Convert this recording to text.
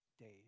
days